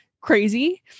crazy